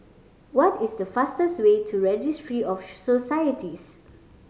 what is the fastest way to Registry of Societies